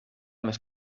més